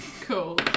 Cool